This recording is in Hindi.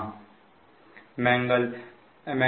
Eg